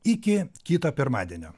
iki kito pirmadienio